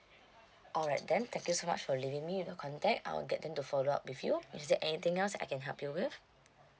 alright then thank you so much for leaving me with your contact I'll get them to follow up with you is there anything else I can help you with